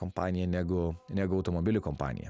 kompanija negu negu automobilių kompanija